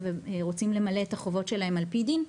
ורוצים למלא את החובות שלהם על פי דין,